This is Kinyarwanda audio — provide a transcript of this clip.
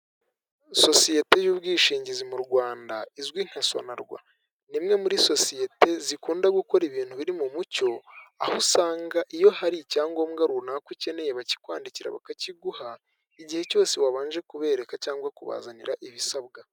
Sosiyete y'ubwishingizi mu Rwanda izwi nka sonarwa, ni imwe muri sosiyete zikunda gukora ibintu biri mu mucyo, aho usanga iyo hari icyangombwa runaka ukeneye bakikwandikira bakakiguha, igihe cyose wabanje kubereka cyangwa kubazanira ibisabwa.